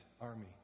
army